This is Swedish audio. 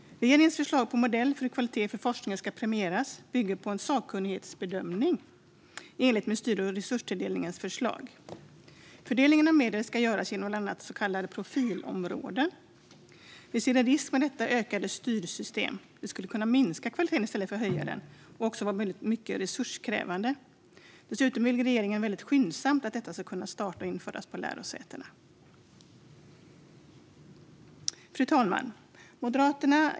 Regeringens förslag på modell för hur kvalitet på forskningen ska premieras bygger på en sakkunnighetsbedömning i enlighet med Styr och resursutredningens förslag. Fördelning av medel ska göras genom bland annat så kallade profilområden. Vi ser en risk med detta utökade styrsystem. Det skulle kunna minska kvaliteten i stället för att höja den och också vara mycket resurskrävande. Dessutom vill regeringen att detta ska kunna starta och införas på lärosätena mycket skyndsamt. Fru talman!